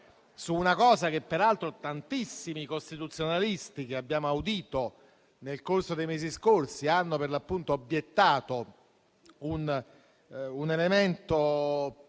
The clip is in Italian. su una cosa che peraltro tantissimi costituzionalisti che abbiamo audito nel corso dei mesi scorsi hanno obiettato un elemento